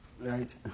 Right